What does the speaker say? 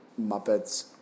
Muppets